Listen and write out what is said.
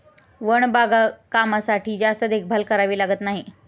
one बागकामासाठी जास्त देखभाल करावी लागत नाही